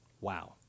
Wow